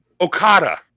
Okada